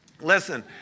Listen